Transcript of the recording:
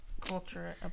culture